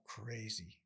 crazy